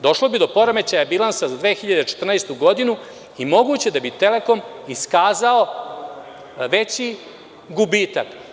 Došlo bi do poremećaja bilansa za 2014. godinu i moguće da bi „Telekom“ iskazao veći gubitak.